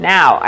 Now